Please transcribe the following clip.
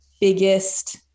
biggest